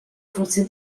forze